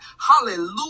Hallelujah